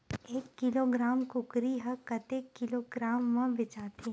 एक किलोग्राम कुकरी ह कतेक किलोग्राम म बेचाथे?